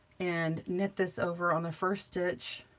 and knit this over on the first stitch.